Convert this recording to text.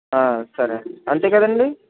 సరే అండి అంతే కదండి